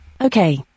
okay